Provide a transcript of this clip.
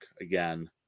again